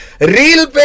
Real